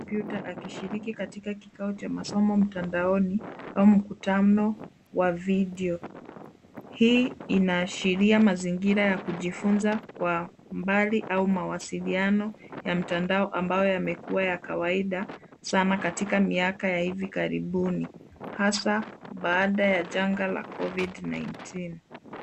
Kompyuta akishiriki katika kikao cha masomo mtandaoni au mkutano wa video . Hii inaashiria mazingira ya kujifunza kwa mbali au mawasiliano ya mtandao ambayo yamekuwa ya kawaida sana katika miaka ya hivi karibuni hasa baada ya janga la COVID 19 .